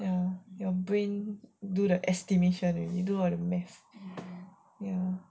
your brain do the estimation do until